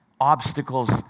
obstacles